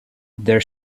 their